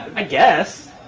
i guess.